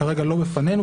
שהוא כרגע לא בפנינו,